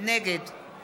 נגד